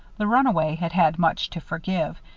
the runaway had had much to forgive,